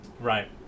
Right